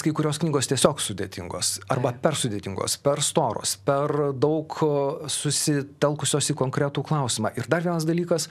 kai kurios knygos tiesiog sudėtingos arba per sudėtingos per storos per daug susitelkusios į konkretų klausimą ir dar vienas dalykas